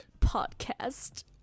podcast